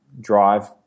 drive